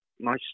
nice